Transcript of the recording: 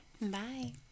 Bye